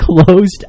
closed